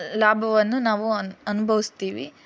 ಲಾಭವನ್ನು ನಾವು ಅನ್ ಅನುಭವಿಸ್ತೀವಿ